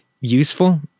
useful